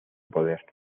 poder